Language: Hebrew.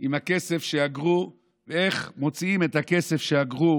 עם הכסף שאגרו, איך מוציאים את הכסף שאגרו